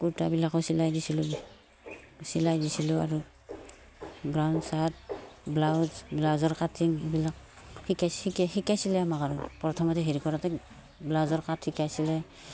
কুৰ্তাবিলাকো চিলাই দিছিলোঁ চিলাই দিছিলোঁ আৰু গ্ৰাইণ চাৰ্ট ব্লাউজ ব্লাউজৰ কাটিং এইবিলাক শিকাই শিকাইছিলে আমাক আৰু প্ৰথমতে হেৰি কৰাঁতে ব্লাউজৰ কাট শিকাইছিলে